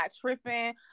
tripping